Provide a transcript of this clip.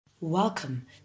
Welcome